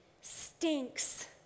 stinks